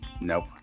Nope